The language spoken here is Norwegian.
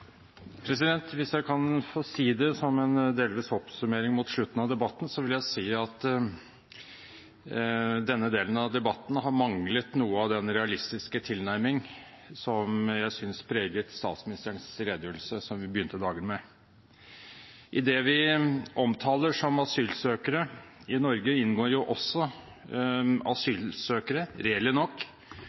Hvis jeg kan få si noe som en delvis oppsummering mot slutten av debatten, vil jeg si at denne delen av debatten har manglet noe av den realistiske tilnærmingen som jeg synes preget statsministerens redegjørelse, som vi begynte dagen med. I det vi omtaler som asylsøkere i Norge, inngår jo også asylsøkere, reelle nok,